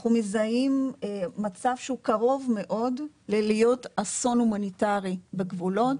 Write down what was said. אנחנו מזהים מצב שהוא קרוב מאוד להיות אסון הומניטרי בגבולות.